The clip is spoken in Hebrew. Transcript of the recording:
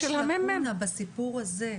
יש לקונה בסיפור הזה,